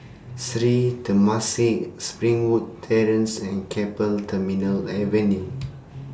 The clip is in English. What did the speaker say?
Sri Temasek Springwood Terrace and Keppel Terminal Avenue